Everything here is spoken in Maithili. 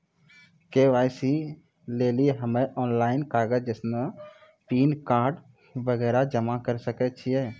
के.वाई.सी लेली हम्मय ऑनलाइन कागज जैसे पैन कार्ड वगैरह जमा करें सके छियै?